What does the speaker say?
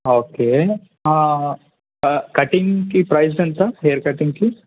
okay కటింగ్కి price ఎంత hair కటింగ్కి